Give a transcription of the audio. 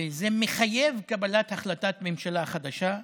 וזה מחייב קבלת החלטת ממשלה חדשה.